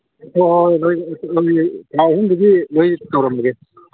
ꯊꯥ ꯑꯍꯨꯝꯒꯤꯗꯤ ꯂꯣꯏ ꯇꯧꯔꯝꯃꯒꯦ